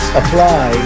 apply